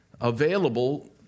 available